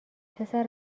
پسر